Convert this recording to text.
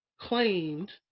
claimed